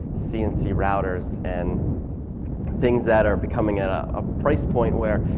cnc routers, and things that are becoming at a price point where.